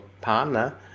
partner